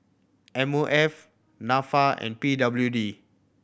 M O F Nafa and P W D